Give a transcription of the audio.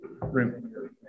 room